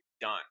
done